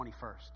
21st